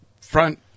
front